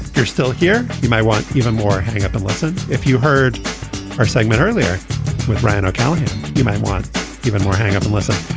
you're still here. you might want even more. hang up and listen if you heard our segment earlier with ryan callahan you might want even more hang up and listen.